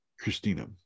Christina